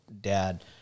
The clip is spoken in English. dad